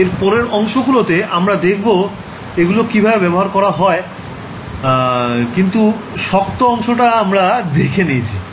এর পরের অংশগুলোতে আমরা দেখবো এগুলো কিভাবে ব্যবহার করা হয় কিন্তু শক্ত অংশটা আমরা দেখে নিয়েছি